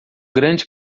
grande